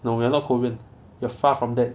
no you are not korean you are far from that